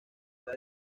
era